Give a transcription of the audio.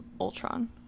Ultron